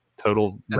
total